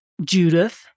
Judith